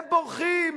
הם בורחים,